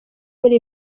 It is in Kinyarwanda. muri